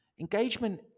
engagement